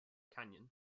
canyon